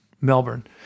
Melbourne